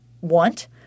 want